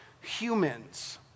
humans